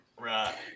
Right